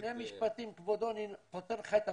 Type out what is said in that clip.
שני משפטים, כבודו, אני פותר לך את הבעיה.